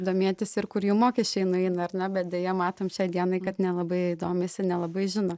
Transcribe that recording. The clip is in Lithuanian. domėtis ir kur jų mokesčiai nueina ar ne bet deja matom šiai dienai kad nelabai domisi nelabai žino